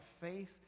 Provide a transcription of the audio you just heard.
faith